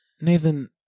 Nathan